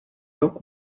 rok